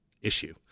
issue